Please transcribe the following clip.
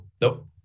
nope